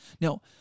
Now